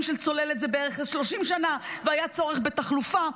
של צוללת זה בערך 30 שנה והיה צורך בתחלופה.